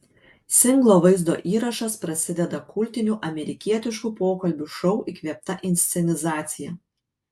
singlo vaizdo įrašas prasideda kultinių amerikietiškų pokalbių šou įkvėpta inscenizacija